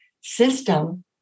system